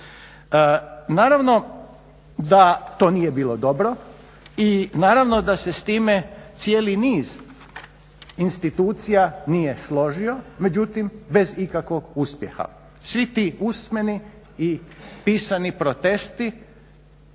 Naravno da to nije bilo dobro i naravno da se s time cijeli niz institucija nije složio međutim bez ikakvog uspjeha. Svi ti usmeni i pisani protesti